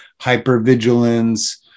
hypervigilance